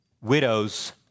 widows